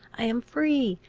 i am free.